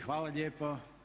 Hvala lijepo.